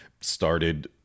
started